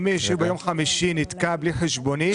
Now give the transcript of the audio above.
אם מישהו ביום חמישי נתקע בלי חשבונית